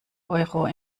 euro